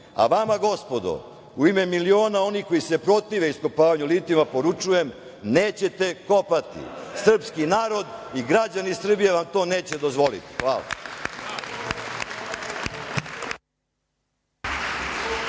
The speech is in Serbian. A vama gospodo, u ime miliona onih koji se protive iskopavanju litijuma, poručujem - nećete kopati, srpski narod i građani Srbije vam to neće dozvoliti. Hvala.